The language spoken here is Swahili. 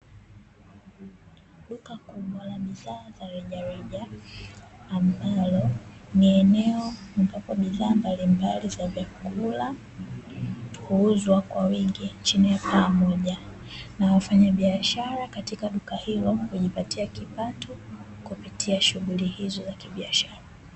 Duka kubwa la bidhaa za reja reja ambalo ni eneo ambapo bidhaa mbalimbali za vyakula huuzwa kwa wingi chini ya paa moja na wafanyabiashara katika duka hilo hujipatia kipato kupitia shughuli hizo za kibiashara.